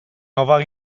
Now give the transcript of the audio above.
nova